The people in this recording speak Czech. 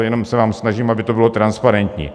Jenom se vám snažím, aby to bylo transparentní.